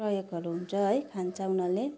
प्रयोगहरू हुन्छ है खान्छ उनीहरूले